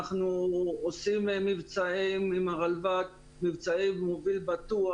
אנחנו עושים מבצעים עם הרלב"ד מבצעי מוביל בטוח